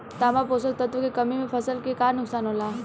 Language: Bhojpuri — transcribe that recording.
तांबा पोषक तत्व के कमी से फसल के का नुकसान होला?